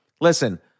listen